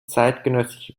zeitgenössische